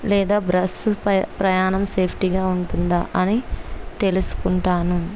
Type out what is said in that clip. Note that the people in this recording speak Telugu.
లేదా బస్సు ప్ర ప్రయాణం సేఫ్టీగా ఉంటుందా అని తెలుసుకుంటాను